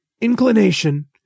inclination